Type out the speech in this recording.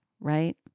right